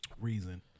Reason